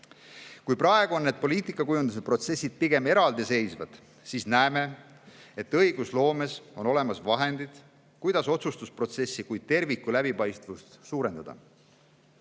Kui praegu on need poliitika kujundamise protsessid pigem eraldiseisvad, siis näeme, et õigusloomes on olemas vahendid, kuidas otsustusprotsessi kui terviku läbipaistvust suurendada.